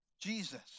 Jesus